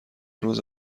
روز